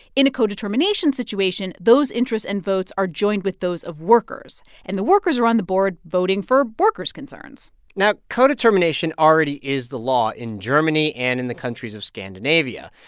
in a co-determination situation, those interests and votes are joined with those of workers, and the workers are on the board voting for workers' concerns now, co-determination already is the law in germany and in the countries of scandinavia.